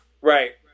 Right